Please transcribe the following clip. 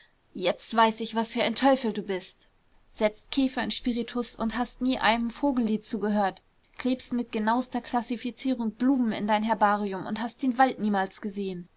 jetzt weiß ich was für ein teufel du bist setzst käfer in spiritus und hast nie einem vogellied zugehört klebst mit genauester klassifizierung blumen in dein herbarium und hast den wald niemals gesehen